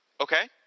okay